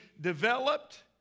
developed